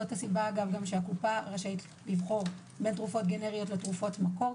זו הסיבה שהקופה רשאית לבחור בין תרופות גנריות לתרופות מקור,